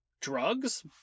drugs